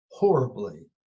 horribly